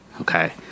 okay